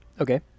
Okay